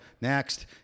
next